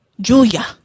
Julia